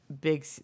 big